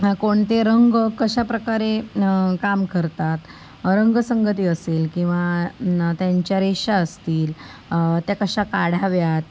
हा कोणते रंग कशाप्रकारे काम करतात रंगसंगती असेल किंवा न त्यांच्या रेषा असतील त्या कशा काढाव्यात